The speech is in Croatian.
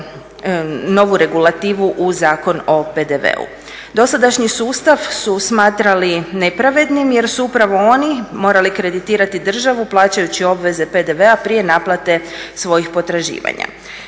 novu regulativu u Zakon o PDV-u. Dosadašnji sustav su smatrali nepravednim jer su upravo oni morali kreditirati državu plaćajući obveze PDV-a prije naplate svojih potraživanja.